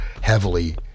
heavily